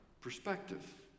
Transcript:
perspective